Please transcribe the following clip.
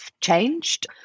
changed